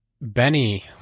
Benny